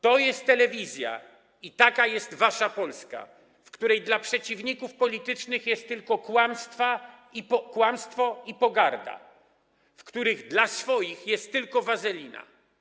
To jest telewizja, i taka jest wasza Polska, w której dla przeciwników politycznych jest tylko kłamstwo i pogarda, w której dla swoich jest tylko wazelina.